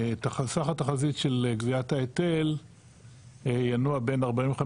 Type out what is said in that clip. שסך התחזית של גביית ההיטל ינוע בין 45